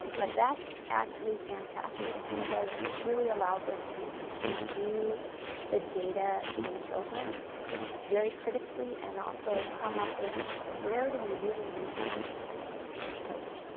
um but that's actually fantastic, because it really allows us to review the data in children very critically. and also come up with, where do we really need more data in children?